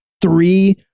three